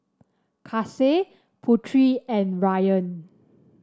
Kasih Putri and Ryan